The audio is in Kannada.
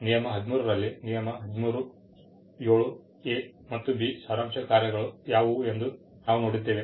ನಿಯಮ 13 ರಲ್ಲಿ ನಿಯಮ 13 ಮತ್ತು ಸಾರಾಂಶ ಕಾರ್ಯಗಳು ಯಾವುವು ಎಂದು ನಾವು ನೋಡಿದ್ದೇವೆ